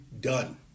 done